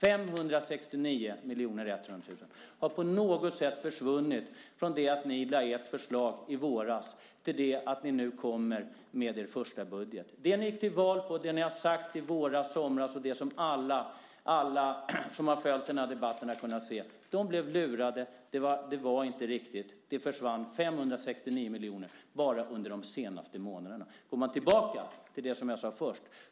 569 100 000 kr har på något sätt försvunnit från det att ni lade fram ert förslag i våras till det att ni nu kommer med er första budget. Detta gick ni till val på, ni sade det i våras och i somras och det har alla som har följt debatten sett. De blev lurade. Det var inte riktigt så. 569 000 000 kr har försvunnit bara de senaste månaderna. Låt oss gå tillbaka till det jag sade först.